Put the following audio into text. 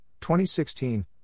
2016